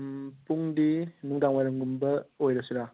ꯎꯝ ꯄꯨꯡꯗꯤ ꯅꯨꯡꯗꯥꯡꯋꯥꯏꯔꯝꯒꯨꯝꯕ ꯑꯣꯏꯔꯁꯤꯔꯥ